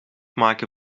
maken